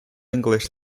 english